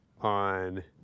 on